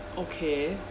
okay